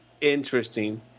interesting